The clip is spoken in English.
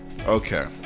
Okay